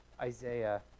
Isaiah